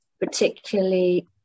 particularly